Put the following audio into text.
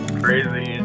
crazy